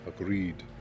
Agreed